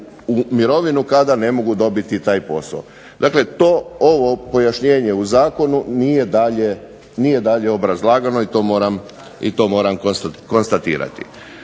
mirovinu kada ne mogu dobiti taj posao. Dakle, ovo pojašnjenje u zakonu nije dalje obrazlagano i to moram konstatirati.